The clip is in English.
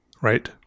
Right